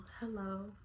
hello